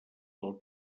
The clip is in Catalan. del